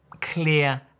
clear